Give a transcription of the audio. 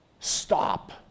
stop